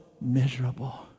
miserable